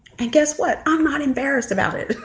and guess what? i'm not embarrassed about it